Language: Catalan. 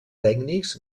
tècnics